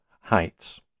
heights